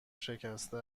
شکسته